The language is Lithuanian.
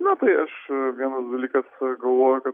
na tai aš vienas dalykas galvoju kad